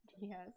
Yes